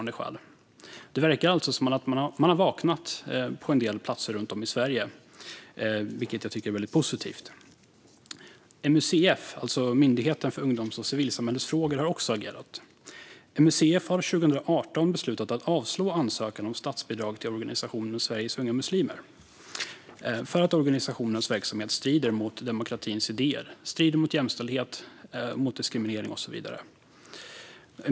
Det verkar alltså som att man har vaknat på en del platser runt om i Sverige, vilket är positivt. MUCF, alltså Myndigheten för ungdoms och civilsamhällesfrågor, har också agerat. År 2018 beslutade MUCF att avslå ansökan om statsbidrag till organisationen Sveriges Unga Muslimer för att organisationens verksamhet strider mot demokratins idéer om jämställdhet och mot diskriminering och så vidare.